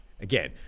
again